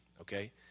okay